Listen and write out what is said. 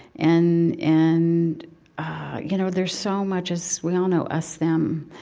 and and, you know, there's so much, as we all know, us them.